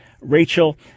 Rachel